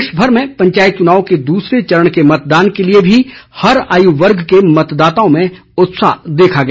प्रदेशभर में पंचायत चुनाव के दूसरे चरण के मतदान के लिए भी हर आयु वर्ग के मतदाताओं में उत्साह देखा गया